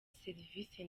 serivisi